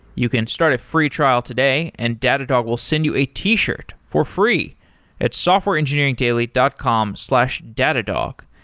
you can start a free trial today and datadog will send you a t-shirt for free at softwareengineeringdaily dot com slash datadog.